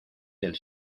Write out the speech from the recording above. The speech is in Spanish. del